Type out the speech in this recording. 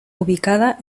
ubicada